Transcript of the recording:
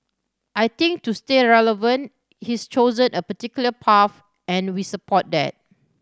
I think to stay relevant he's chosen a particular path and we support that